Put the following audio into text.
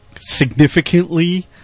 Significantly